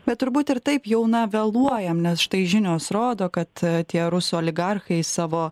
bet turbūt ir taip jau na vėluojam nes štai žinios rodo kad tie rusų oligarchai savo